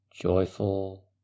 joyful